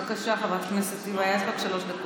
בבקשה, חברת הכנסת היבה יזבק, שלוש דקות.